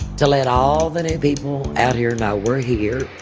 to let all that people out here know we're here.